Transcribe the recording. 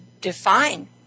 define